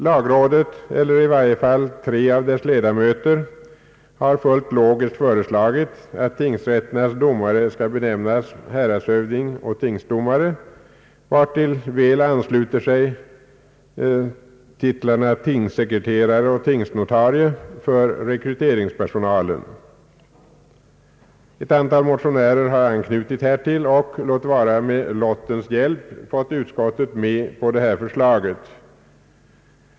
Lagrådet — eller i varje fall tre av dess ledamöter — har fullt logiskt föreslagit att tingsrätternas domare skall benämnas häradshövding och tingsdomare, vartill väl ansluter sig titlarna tingssekreterare och tingsnotarie för rekryteringspersonalen. Ett antal motionärer har anknutit härtill och, låt vara med lottens hjälp, fått utskottet med sig på detta förslag.